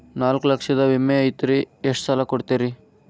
ನಾಲ್ಕು ಲಕ್ಷದ ವಿಮೆ ಐತ್ರಿ ಎಷ್ಟ ಸಾಲ ಕೊಡ್ತೇರಿ?